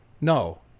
No